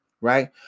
right